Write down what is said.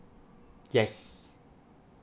yes